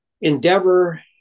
endeavor